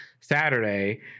Saturday